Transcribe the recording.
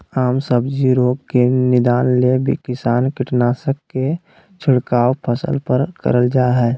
आम सब्जी रोग के निदान ले किसान कीटनाशक के छिड़काव फसल पर करल जा हई